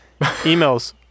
emails